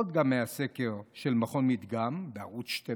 עוד מהסקר של מכון מדגם בערוץ 12: